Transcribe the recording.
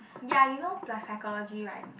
ya you know plus psychology right